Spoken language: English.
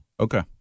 Okay